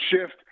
shift